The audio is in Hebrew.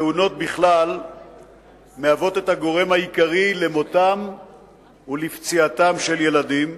תאונות בכלל מהוות את הגורם העיקרי למותם ולפציעתם של ילדים.